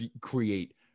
create